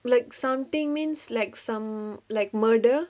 like something means like some like murder